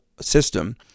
system